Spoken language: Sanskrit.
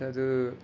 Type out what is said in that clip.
तत्